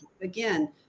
again